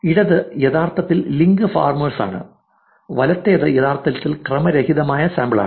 ഇടത് യഥാർത്ഥത്തിൽ link farmers ആണ് വലത്തേത് യഥാർത്ഥത്തിൽ ക്രമരഹിതമായ സാമ്പിളാണ്